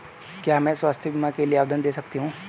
क्या मैं स्वास्थ्य बीमा के लिए आवेदन दे सकती हूँ?